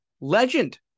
legend